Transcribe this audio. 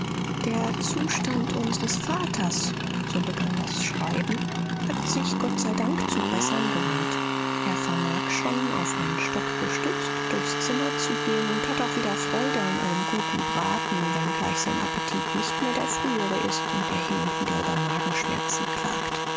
der zustand unsers vaters so begann das schreiben hat sich gott sei dank zum bessern gewandt er vermag schon auf einen stock gestützt durchs zimmer zu gehen und hat auch wieder freude an einem guten braten wenngleich sein appetit nicht mehr der frühere ist und er hin und wieder über magenschmerzen klagt